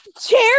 chair